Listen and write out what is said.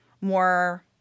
more